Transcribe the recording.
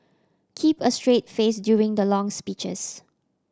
keep a straight face during the long speeches